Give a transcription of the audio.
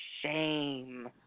Shame